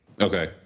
Okay